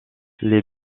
les